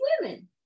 women